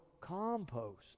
compost